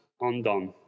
undone